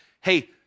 hey